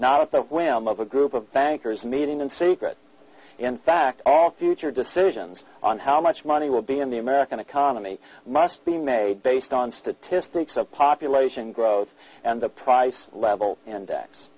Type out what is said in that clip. not at the whim of a group of bankers meeting in secret in fact all future decisions on how much money will be in the american economy must be made based on statistics of population growth and the price level index